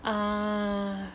ah